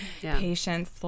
patience